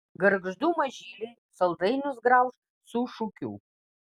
gargždų mažyliai saldainius grauš su šūkiu